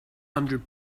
hundred